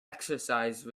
exercise